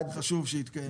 תנסח.